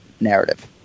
narrative